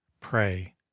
pray